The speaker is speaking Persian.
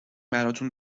براتون